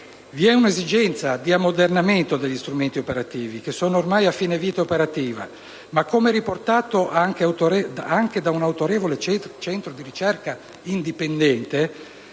Vi è una esigenza di ammodernamento degli strumenti operativi, che sono ormai a fine vita operativa, ma, come riportato anche da un autorevole centro di ricerca indipendente,